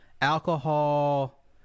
alcohol